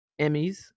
Emmys